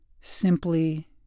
simply